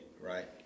right